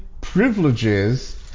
privileges